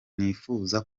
nifuza